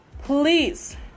please